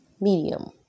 medium